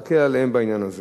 להקל עליהם בעניין הזה.